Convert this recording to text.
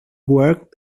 worked